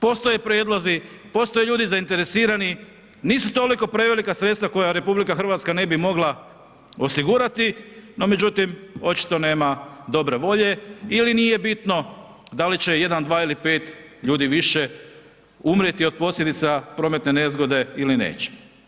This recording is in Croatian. Postoje prijedlozi, postoje ljudi zainteresirani, nisu toliko prevelika sredstva koja RH ne bi mogla osigurati no međutim očito nema dobre volje ili nije bitno da li će 1, 2 ili 5 ljudi više umrijeti od posljedica prometne nezgode ili neće.